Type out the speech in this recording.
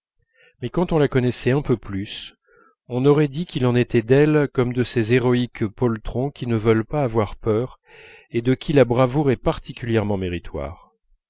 mais quand on la connaissait un peu plus on aurait dit qu'il en était d'elle comme de ces héroïques poltrons qui ne veulent pas avoir peur et de qui la bravoure est particulièrement méritoire